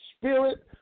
spirit